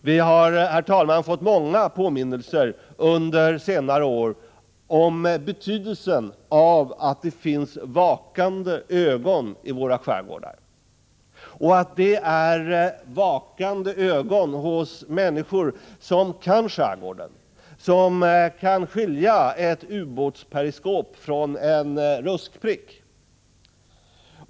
Vi har, herr talman, under senare år fått många påminnelser om betydelsen av att det finns vakande ögon i våra skärgårdar — vakande ögon hos människor som kan skärgården, som kan skilja ett ubåtsperiskop från en ruskprick.